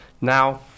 Now